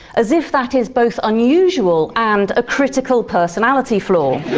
as if that is both unusual and a critical personality flaw.